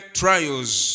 trials